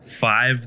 five